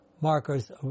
markers